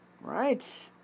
Right